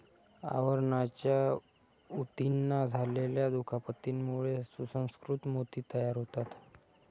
आवरणाच्या ऊतींना झालेल्या दुखापतीमुळे सुसंस्कृत मोती तयार होतात